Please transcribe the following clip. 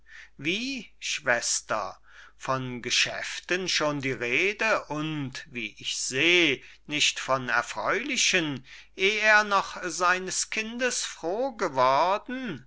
wie schwester von geschäften schon die rede und wie ich seh nicht von erfreulichen eh er noch seines kindes froh geworden